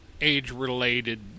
age-related